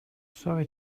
sorry